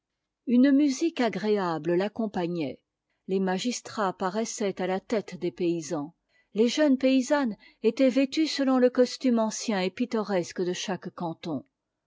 une musique agréable l'accompagnait les magistrats paraissaient à la tête des paysans les jeunes paysannes étaient vêtues selon le costume ancien et pittoresque de chaque canton